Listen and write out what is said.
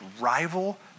rival